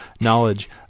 knowledge